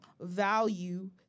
value